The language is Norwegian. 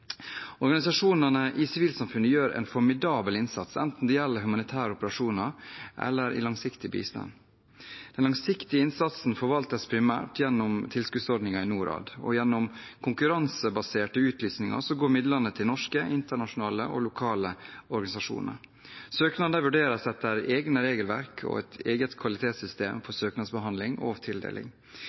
Organisasjonene i sivilsamfunnet gjør en formidabel innsats, enten det gjelder humanitære operasjoner eller langsiktig bistand. Den langsiktige innsatsen forvaltes primært gjennom tilskuddsordninger i Norad. Gjennom konkurransebaserte utlysninger går midlene til norske, internasjonale og lokale organisasjoner. Søknadene vurderes etter egne regelverk og et eget kvalitetssystem for søknadsbehandling og tildeling.